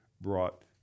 brought